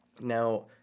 Now